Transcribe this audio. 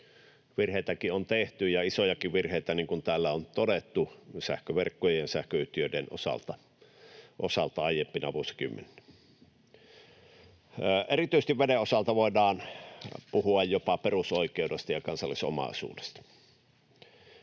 Virheitäkin on tehty, ja isojakin virheitä, niin kuin täällä on todettu, sähköverkkojen ja sähköyhtiöiden osalta aiempina vuosikymmeninä. Erityisesti veden osalta voidaan puhua jopa perusoikeudesta ja kansallisomaisuudesta.